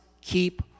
keep